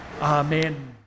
Amen